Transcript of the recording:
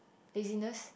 laziness